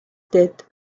dead